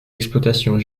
exploitations